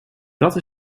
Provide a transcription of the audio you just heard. dat